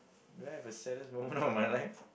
do I have a saddest moment of my life